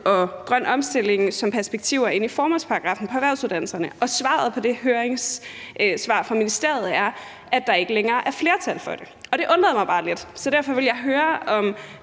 og grøn omstilling som perspektiver ind i formålsparagraffen for erhvervsuddannelserne. Og svaret fra ministeriet på det høringssvar er, at der ikke længere er flertal for det, og det undrede mig bare lidt. Derfor ville jeg høre, om